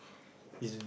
it's